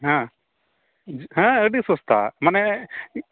ᱦᱮᱸ ᱦᱮᱸ ᱟᱹᱰᱤ ᱥᱚᱥᱛᱟ ᱢᱟᱱᱮ